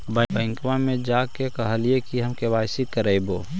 बैंकवा मे जा के कहलिऐ कि हम के.वाई.सी करईवो?